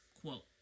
quote